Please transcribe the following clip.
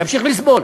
ימשיך לסבול.